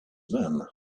then